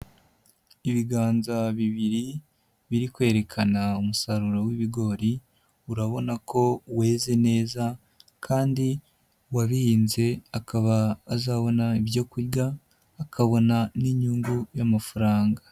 Ibiganza bibiri biri kwerekana umusaruro w'ibigori, urabona ko weze neza kandi uwabihinze akaba azabona ibyo kurya akabona n'inyungu y'amafaranga.